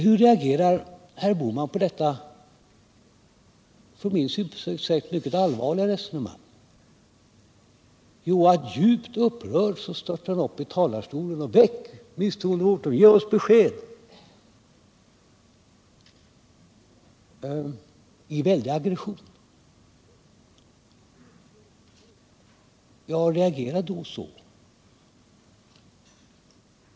Hur reagerar herr Bohman på detta från min synpunkt sett mycket allvarliga resonemang? Jo, djupt upprörd störtar han upp i talarstolen och säger: Begär misstroendevotum, ge oss besked! Detta säger han med väldig aggression. Ja, reagera då så!